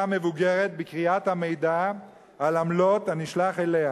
המבוגרת בקריאת המידע על עמלות הנשלח אליה.